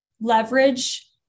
leverage